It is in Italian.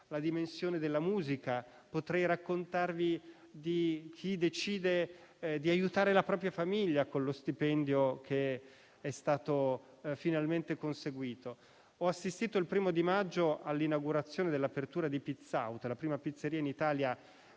la dimensione della musica. Potrei raccontarvi di chi decide di aiutare la propria famiglia con lo stipendio che è stato finalmente conseguito. Ho assistito il 1° maggio all'inaugurazione di «PizzAut», la prima pizzeria in Italia